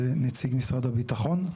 זה נציג משרד הביטחון.